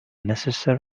necessary